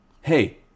Hey